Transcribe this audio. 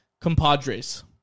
compadres